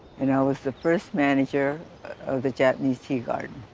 and i was the first manager of the japanese tea garden.